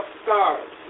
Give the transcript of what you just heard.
stars